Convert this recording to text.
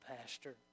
Pastor